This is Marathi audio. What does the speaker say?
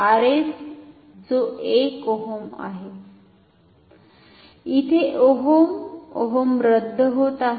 R s जो 1 ओहम आहे इथे ओहम ओहम रद्द होत आहे